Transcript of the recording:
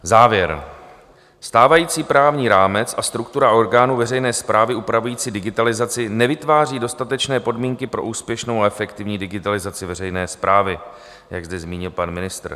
Závěr stávající právní rámec a struktura orgánů veřejné správy upravující digitalizaci nevytváří dostatečné podmínky pro úspěšnou a efektivní digitalizaci veřejné správy, jak zde zmínil pan ministr.